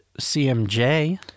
CMJ